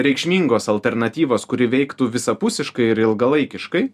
reikšmingos alternatyvos kuri veiktų visapusiškai ir ilgalaikiškai